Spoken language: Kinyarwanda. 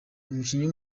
umukinnyi